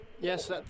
Yes